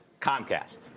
Comcast